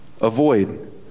avoid